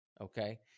Okay